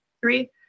three